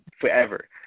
forever